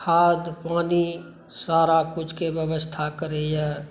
खाद पानी सारा कुछके व्यवस्था करै यऽ